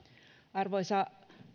arvoisa